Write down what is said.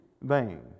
vain